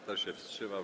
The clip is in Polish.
Kto się wstrzymał?